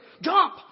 Jump